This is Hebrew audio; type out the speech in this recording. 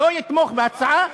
לא יתמוך בהצעה,